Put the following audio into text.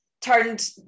turned